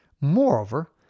Moreover